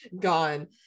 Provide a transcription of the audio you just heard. gone